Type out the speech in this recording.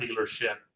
dealership